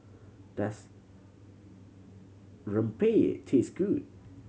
does rempeyek taste good